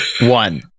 one